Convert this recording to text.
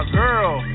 girl